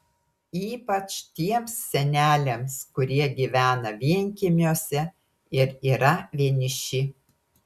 ypač tiems seneliams kurie gyvena vienkiemiuose ir yra vieniši